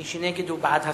מי שנגד, הוא בעד הסרה.